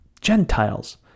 Gentiles